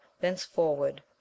thenceforward